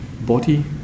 body